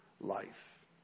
life